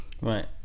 Right